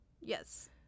Yes